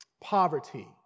Poverty